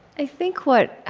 i think what